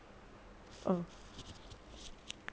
oh